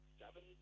seven